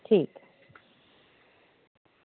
ठीक ऐ